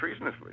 treasonously